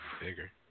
Bigger